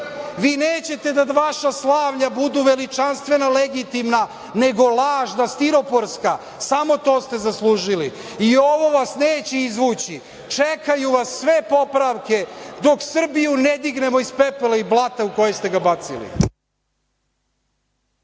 to. Vi nećete da vaša slavlja budu veličanstvena, legitimna, nego lažna, stiroporska. Samo to ste zaslužili. Ovo vas neće izvući. Čekaju vas sve popravke dok Srbiju ne dignemo iz pepela i blata u koje ste ga bacili.